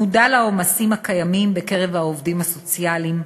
מודע לעומסים הקיימים בקרב העובדים הסוציאליים,